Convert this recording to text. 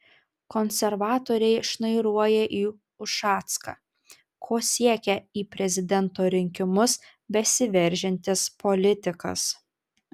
konservatoriai šnairuoja į ušacką ko siekia į prezidento rinkimus besiveržiantis politikas